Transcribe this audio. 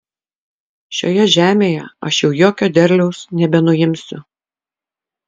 šioje žemėje aš jau jokio derliaus nebenuimsiu